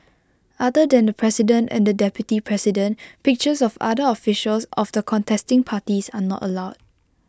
other than the president and the deputy president pictures of other officials of the contesting parties are not allowed